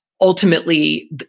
ultimately